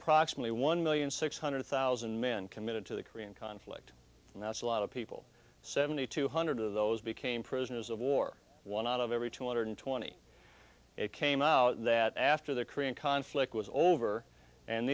approximately one million six hundred thousand men committed to the korean conflict and that's a lot of people seventy two hundred of those became prisoners of war one out of every two hundred twenty came out that after the korean conflict was over and